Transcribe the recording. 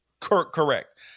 correct